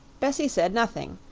bessie said nothing,